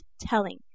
telling